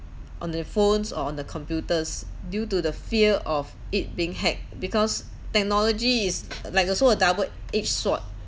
on their phones or on the computers due to the fear of it being hacked because technology is like also a double-edged sword